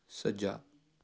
ਸੱਜਾ